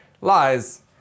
Lies